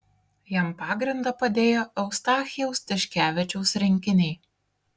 jam pagrindą padėjo eustachijaus tiškevičiaus rinkiniai